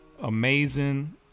amazing